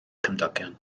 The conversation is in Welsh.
cymdogion